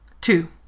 Two